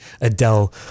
adele